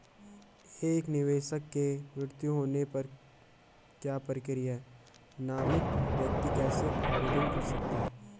एक निवेशक के मृत्यु होने पर क्या प्रक्रिया है नामित व्यक्ति कैसे आवेदन कर सकता है?